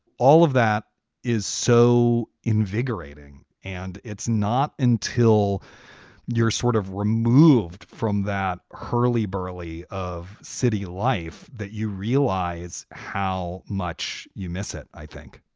all of that is so invigorating. and it's not until you're sort of removed from that hurly burly of city life that you realize how much you miss it i think